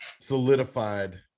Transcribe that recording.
solidified